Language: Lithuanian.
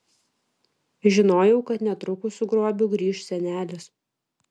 žinojau kad netrukus su grobiu grįš senelis